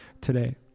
today